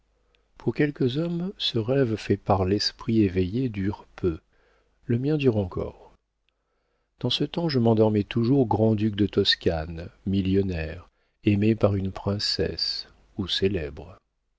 pour quelques hommes ce rêve fait par l'esprit éveillé dure peu le mien dure encore dans ce temps je m'endormais toujours grand-duc de toscane millionnaire aimé par une princesse ou célèbre